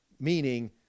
Meaning